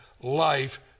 life